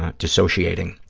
dissociating.